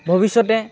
ভৱিষ্যতে